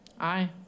Aye